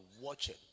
watching